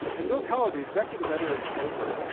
and bill keller, the executive editor of the paper,